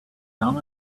down